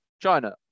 China